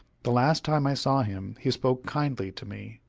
the last time i saw him he spoke kindly to me,